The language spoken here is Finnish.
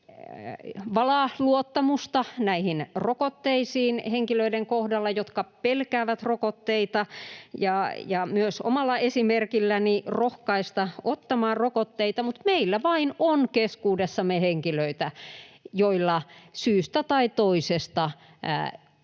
valaa luottamusta näihin rokotteisiin henkilöiden kohdalla, jotka pelkäävät rokotteita, ja myös omalla esimerkilläni rohkaista ottamaan rokotteita. Mutta meillä vain on keskuudessamme henkilöitä, joilla syystä tai toisesta